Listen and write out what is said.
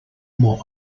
more